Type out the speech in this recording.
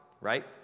right